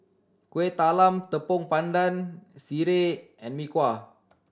Kueh Talam Tepong Pandan sireh and Mee Kuah